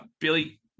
Billy